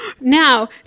Now